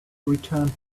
returned